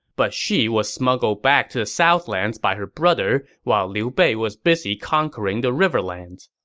but she was smuggled back to the southlands by her brother while liu bei was busy conquering the riverlands.